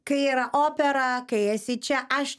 kai yra opera kai esi čia aš